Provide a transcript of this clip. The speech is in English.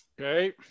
Okay